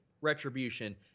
Retribution